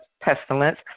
pestilence